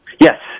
Yes